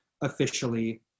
officially